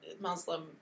Muslim